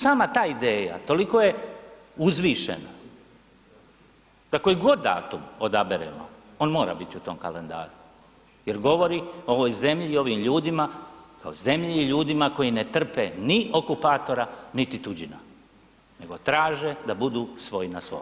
Sama ta ideja toliko je uzvišena, da koji god datum odaberemo on mora biti u tom kalendaru jer govori o ovoj zemlji i ovim ljudima kao zemlji i ljudima koji ne trpe ni okupatora niti tuđi narod, nego traže da budu svoj na svome.